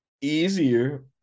easier